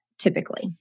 typically